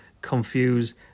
confuse